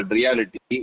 reality